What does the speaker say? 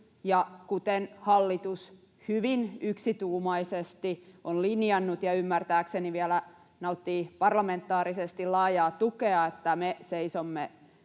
kuten hallitus hyvin yksituumaisesti on linjannut — ja se ymmärtääkseni vielä nauttii parlamentaarisesti laajaa tukea — me seisomme